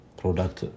product